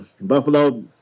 Buffalo